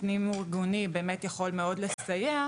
פנים-ארגוני באמת יכול לסייע מאוד.